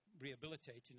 rehabilitating